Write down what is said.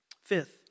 Fifth